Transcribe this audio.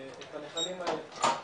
בנחלים האלה.